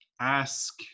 ask